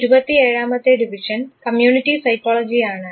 27 മത്തെ division community psychology ആണ്